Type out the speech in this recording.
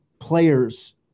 players –